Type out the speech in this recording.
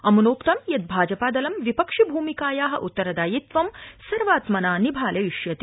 अमृनोक्त यत् भाजपादलं विपक्षिभूमिकाया उत्तरदायित्वं सर्वात्मना निभालयिष्यति